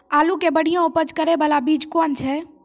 आलू के बढ़िया उपज करे बाला बीज कौन छ?